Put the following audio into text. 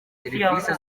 serivisi